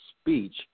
speech